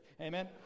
Amen